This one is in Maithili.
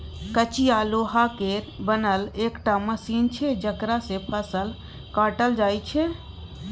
कचिया लोहा केर बनल एकटा मशीन छै जकरा सँ फसल काटल जाइ छै